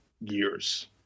years